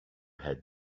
had